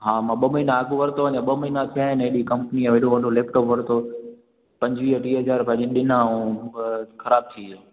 हा मां ॿ महीना अॻु वरितो हुओ अञा ॿ महीना पिया आहिनि एचपी कंपनीअ जो हेॾो वॾो लैपटॉप वरितो पंजवीहु टीह हज़ार पंहिंजा ॾिना ऐं बसि ख़राब थी वियो